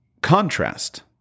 contrast